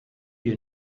you